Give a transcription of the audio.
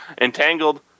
Entangled